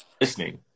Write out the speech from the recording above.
listening